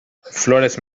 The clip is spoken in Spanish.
flores